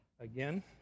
again